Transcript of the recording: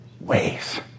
ways